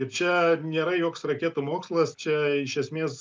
ir čia nėra joks raketų mokslas čia iš esmės